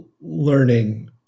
Learning